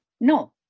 No